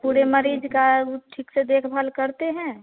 पूरे मरीज का वे ठीक से देखभाल करते हैं